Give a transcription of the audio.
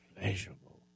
pleasurable